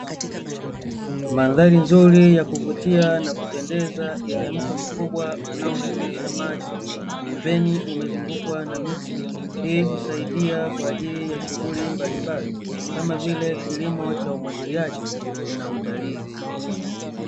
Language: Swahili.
Mandhari nzuri ya kuvutia na kupendeza, yenye mto mkubwa unaotiririsha maji, pembeni umezungukwa na miti ili kusaidia kwa ajili ya shughuli mbalimbali, kama vile kilimo cha umwagiliaji na utalii.